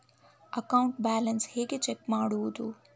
Account balance ಹೇಗೆ check ಮಾಡುವುದು?